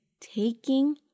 taking